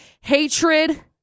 hatred